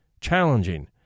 challenging